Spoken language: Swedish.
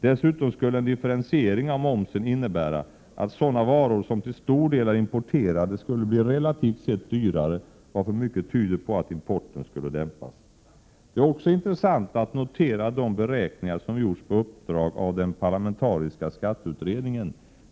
Dessutom skulle en differentiering av momsen innebära att importerade varor skulle bli relativt sett dyrare, varför mycket tyder på att importen skulle dämpas. Det är också intressant att notera de beräkningar som gjorts på uppdrag av den parlamentariska skatteutredningen.